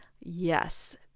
yes